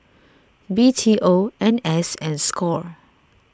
B T O N S and Score